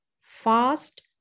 fast